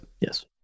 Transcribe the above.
Yes